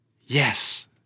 yes